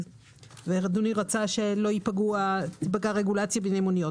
אדוני רצה שלא תיפגע הרגולציה בענייני המוניות.